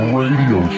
radio